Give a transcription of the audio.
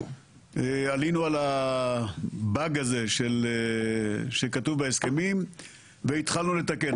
עלינו על הבאג הזה שכתוב בהסכמים והתחלנו לתקן.